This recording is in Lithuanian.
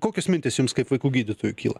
kokios mintys jums kaip vaikų gydytojui kyla